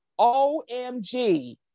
OMG